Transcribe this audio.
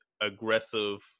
aggressive